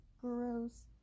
gross